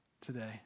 today